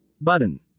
button